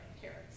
carrots